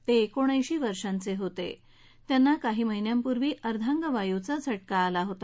तज्क्रोणऐशी वर्षांचहित उयांना काही महिन्यांपूर्वी अर्धांगवायूचा झटका आला होता